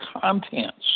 contents